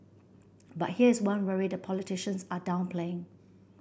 but here's one worry the politicians are downplaying